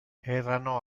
erano